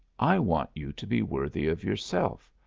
i want you to be worthy of yourself,